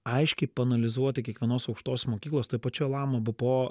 aiškiai paanalizuoti kiekvienos aukštos mokyklos toj pačioj lama bpo